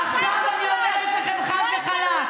איזה בחירות?